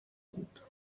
بود